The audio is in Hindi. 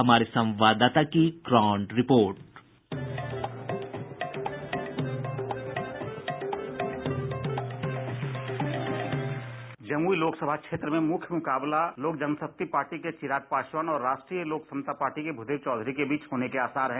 हमारे संवाददाता की ground report bite Jamui Lok क्षेत्र में मुख्य मुकाबला लोकजन शक्ति पार्टी के चिराग पासवान और राष्ट्रीय लोकसमता पार्टी के भूदेव चौधरी के बीच होने के आसार हैं